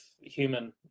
human